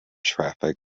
traffic